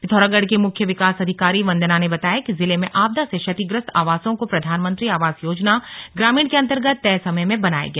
पिथौरागढ़ की मुख्य विकास अधिकारी वन्दना ने बताया कि जिले मे आपदा से क्षतिग्रस्त आवासों को प्रधानमंत्री आवास योजना ग्रामीण के अर्न्तगत तय समय में बनाया गया